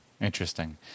Interesting